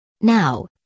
Now